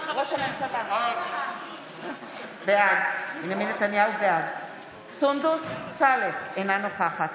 נתניהו, בעד סונדוס סאלח, אינה נוכחת